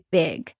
big